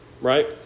Right